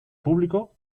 público